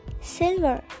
Silver